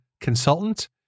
consultant